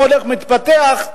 והולך ומתפתח,